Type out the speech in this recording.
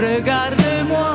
Regarde-moi